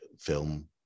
film